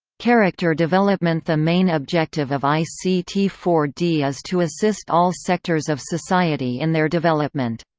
character developmentthe main objective of i c t four d is to assist all sectors of society in their development.